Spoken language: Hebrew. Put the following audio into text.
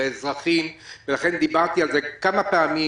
לאזרחים ולכן דיברתי על זה כמה פעמים,